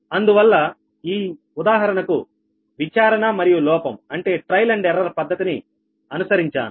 అందువల్ల ఈ ఉదాహరణ కు విచారణ మరియు లోపం పద్ధతిని అనుసరించాను